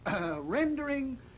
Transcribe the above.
rendering